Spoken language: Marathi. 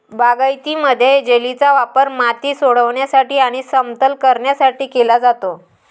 बागायतीमध्ये, जेलीचा वापर माती सोडविण्यासाठी आणि समतल करण्यासाठी केला जातो